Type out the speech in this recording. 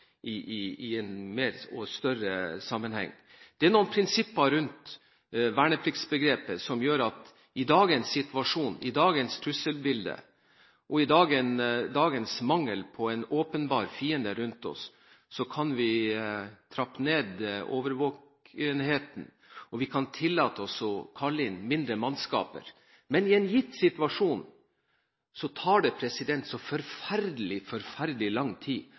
større sammenheng. Det er noen prinsipper rundt vernepliktsbegrepet som gjør at i dagens situasjon, med dagens trusselbilde og dagens mangel på en åpenbar fiende rundt oss, kan vi trappe ned årvåkenheten, og vi kan tillate oss å kalle inn mindre mannskaper. Men i en gitt situasjon tar det så forferdelig, forferdelig lang tid